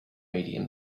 medium